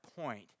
point